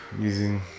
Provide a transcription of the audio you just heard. using